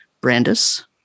brandis